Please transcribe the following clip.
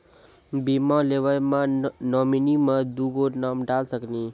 बीमा लेवे मे नॉमिनी मे दुगो नाम डाल सकनी?